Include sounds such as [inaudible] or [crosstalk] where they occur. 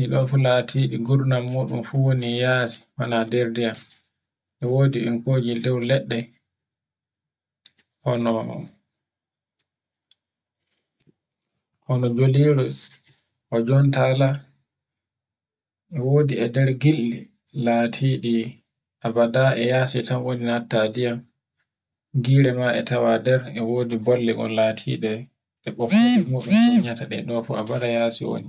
e ɗo fu latiɗi gurnan muɗun du woni yasa wana nder diyam. E wodi kol inkoje dow leɗɗe hono-hono guliri, hojontala, E wodi e nder giltci latiɗi abada e yasi tan wani natta ndiyam gira ma e tawa nder, e wodi bolle mun latiɗde e ɓikkorde [noise] muɗum sonyaɗaɗe [noise] fu e abada yasi woni.